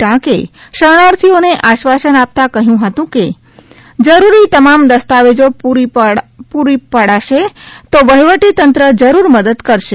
ટાંકે શરણાર્થીઓને આશ્વાસન આપતાં કહ્યું હતું કે જરૂરી તમામ દસ્તાવેજો પુરી પડાશે તો વહીવટીતંત્ર જરૂર મદદ કરશે